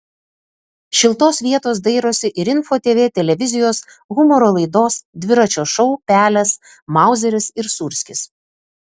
šiltos vietos dairosi ir info tv televizijos humoro laidos dviračio šou pelės mauzeris ir sūrskis